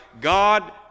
God